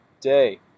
day